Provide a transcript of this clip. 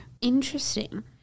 Interesting